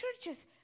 churches